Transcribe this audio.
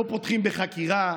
לא פותחים בחקירה,